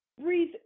Breathe